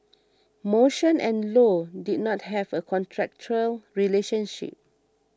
motion and Low did not have a contractual relationship